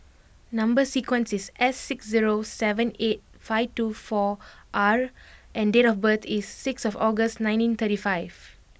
number sequence is S six zero seven eight five two four R and date of birth is sixth August nineteen thirty five